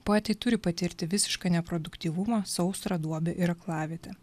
poetai turi patirti visišką neproduktyvumą sausrą duobę ir aklavietę